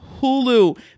Hulu